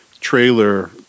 trailer